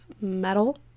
metal